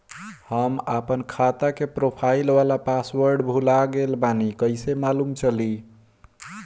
हम आपन खाता के प्रोफाइल वाला पासवर्ड भुला गेल बानी कइसे मालूम चली?